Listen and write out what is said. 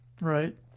Right